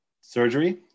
surgery